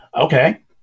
Okay